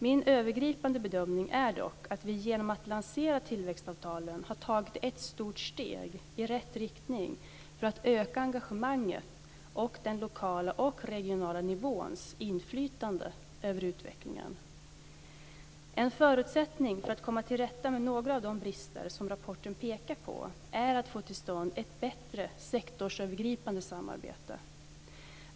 Min övergripande bedömning är dock att vi genom att lansera tillväxtavtalen har tagit ett stort steg i rätt riktning för att öka engagemanget och den lokala och regionala nivåns inflytande över utvecklingen. En förutsättning för att komma till rätta med några av de brister som rapporten pekar på är att få till stånd ett bättre sektorsövergripande samarbete.